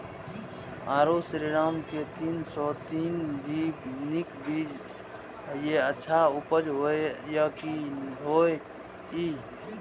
आरो श्रीराम के तीन सौ तीन भी नीक बीज ये अच्छा उपज होय इय?